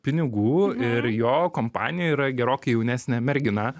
pinigų ir jo kompanija yra gerokai jaunesnė mergina